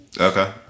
Okay